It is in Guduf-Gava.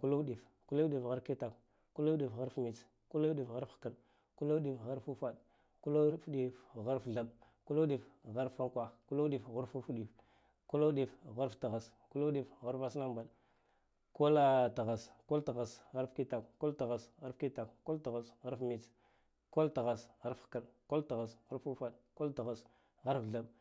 kuluɗif harf kitakw kulu udif harf mits kidudif harf hkarɗ kuludif harf ufad kuludif harf thaɓɓ kuludif harf unkwah kuluɗif har uɗif kuludif harf thass kuluɗif harf vasalambad kulla thass kul thass harf kitakw kul thass harf mits kul thass harf hkarɗ kul ithase harf ufad kul thass harf thabb